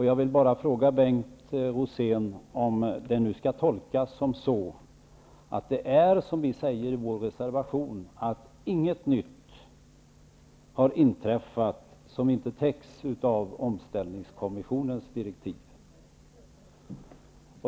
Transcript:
Jag vill fråga Bengt Rosén om detta skall tolkas så, att det är som vi säger i vår reservation, nämligen att inget nytt har inträffat som inte täcks av omställningskommissionens direktiv.